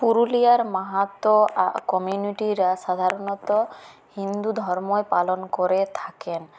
পুরুলিয়ার মাহাতো কমিউনিটিরা সাধারণত হিন্দু ধর্মই পালন করে থাকেন